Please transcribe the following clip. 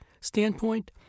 standpoint